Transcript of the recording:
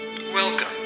Welcome